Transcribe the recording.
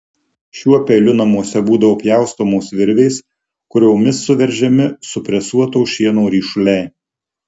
šiuo peiliu namuose būdavo pjaustomos virvės kuriomis suveržiami supresuoto šieno ryšuliai